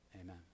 Amen